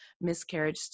miscarriage